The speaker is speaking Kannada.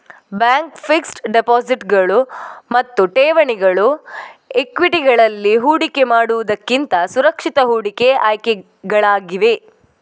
ಬ್ಯಾಂಕ್ ಫಿಕ್ಸೆಡ್ ಡೆಪಾಸಿಟುಗಳು ಮತ್ತು ಠೇವಣಿಗಳು ಈಕ್ವಿಟಿಗಳಲ್ಲಿ ಹೂಡಿಕೆ ಮಾಡುವುದಕ್ಕಿಂತ ಸುರಕ್ಷಿತ ಹೂಡಿಕೆ ಆಯ್ಕೆಗಳಾಗಿವೆ